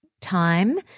time